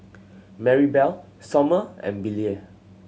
Marybelle Sommer and Billye